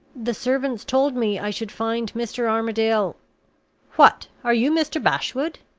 the servants told me i should find mr. armadale what, are you mr. bashwood?